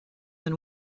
than